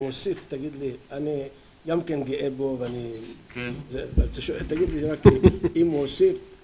מוסיף תגיד לי, אני גם כן גאה בו ואני, כן. תגיד לי רק אם הוא הוסיף